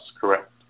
correct